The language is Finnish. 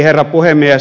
herra puhemies